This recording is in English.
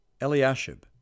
Eliashib